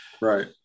Right